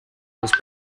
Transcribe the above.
los